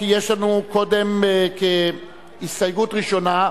הסתייגות ראשונה,